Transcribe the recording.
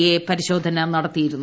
A പരിശോധന നടത്തിയിരുന്നു